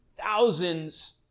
thousands